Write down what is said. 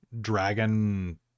dragon